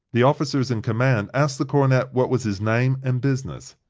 the officers in command asked the cornet what was his name and business.